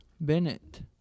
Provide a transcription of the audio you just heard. Bennett